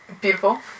Beautiful